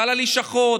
על הלשכות,